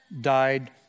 died